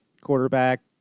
quarterback